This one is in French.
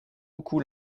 beaucoup